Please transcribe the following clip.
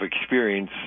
experience